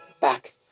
back